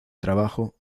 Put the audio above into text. trabajo